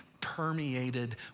permeated